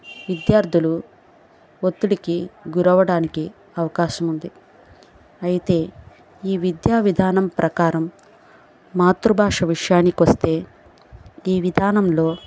విద్యార్దులు ఒత్తిడికి గురవ్వడానికి అవకాశం ఉంది అయితే ఈ విద్యా విధానం ప్రకారం మాతృభాష విషయానికొస్తే ఈ విధానంలో